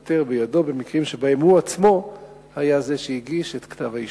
תיוותר הסמכות בידו במקרים שבהם הוא עצמו היה זה שהגיש את כתב האישום.